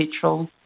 petrol